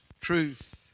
truth